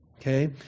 Okay